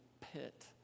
pit